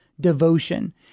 devotion—